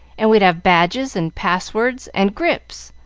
and we'd have badges and pass-words and grips.